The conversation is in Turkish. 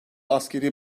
askeri